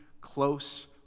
close